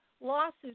lawsuits